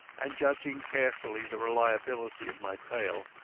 and judging carefully the reliability of my tale.